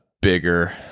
bigger